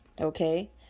Okay